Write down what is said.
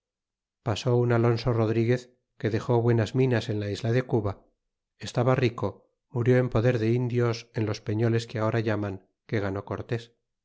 pasó un alonso rodríguez que del buenas minas en la isla de cuba estaba rico murió en poder de indios en los pefioles que ahora llaman que ganó cortés